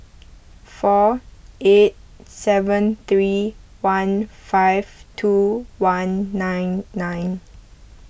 four eight seven three one five two one nine nine